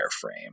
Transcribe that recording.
frame